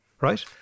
right